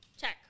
Check